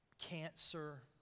cancer